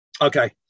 okay